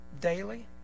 daily